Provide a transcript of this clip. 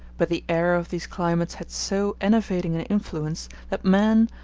but the air of these climates had so enervating an influence that man,